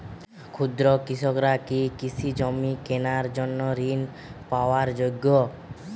ক্ষুদ্র কৃষকরা কি কৃষিজমি কেনার জন্য ঋণ পাওয়ার যোগ্য?